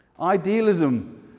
Idealism